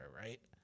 right